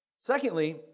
Secondly